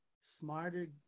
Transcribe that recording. smarter